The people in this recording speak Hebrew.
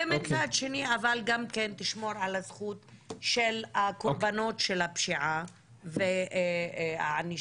ומצד שני גם כן תשמור על הזכות של הקורבנות של הפשיעה והענישה המתאימה.